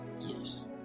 yes